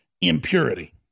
impurity